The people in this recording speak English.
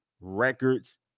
records